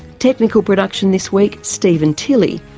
technical production this week stephen tilley.